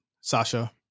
sasha